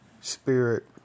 spirit